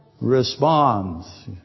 responds